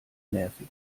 nervig